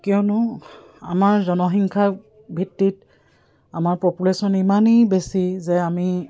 কিয়নো আমাৰ জনসংখ্যা ভিত্তিত আমাৰ পপুলেশ্যন ইমানেই বেছি যে আমি